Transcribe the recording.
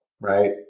right